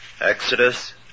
Exodus